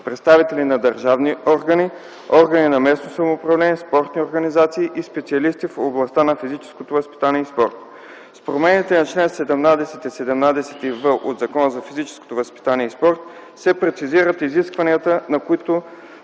представители на държавни органи, органи на местното самоуправление, спортни организации и специалисти в областта на физическото възпитание и спорта. С промените по чл. 17-17в от Закона за физическото възпитание и спорта се прецизират изискванията, на които